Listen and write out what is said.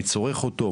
מי צורך אותו,